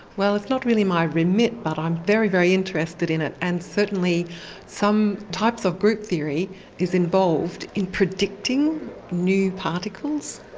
well, it's not really my remit, but i'm very, very interested in it, and certainly some types of group theory is involved in predicting new particles,